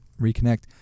reconnect